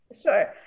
Sure